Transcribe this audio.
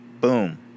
Boom